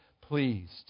pleased